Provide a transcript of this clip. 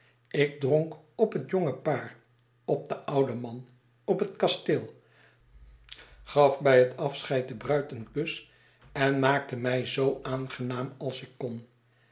ik dronk op het jonge paar op den ouden man op het kasteel gaf bij het afscheid de bruid een groote verwachtingen kus en maakte mij zoo aangenaam als ik kon